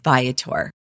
Viator